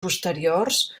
posteriors